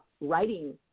writing